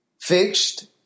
fixed